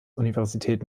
universität